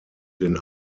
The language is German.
den